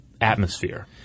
atmosphere